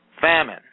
Famine